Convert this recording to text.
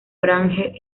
orange